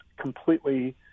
completely